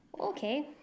Okay